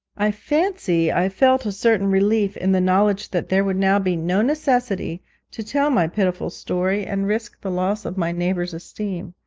i fancy i felt a certain relief in the knowledge that there would now be no necessity to tell my pitiful story and risk the loss of my neighbours' esteem.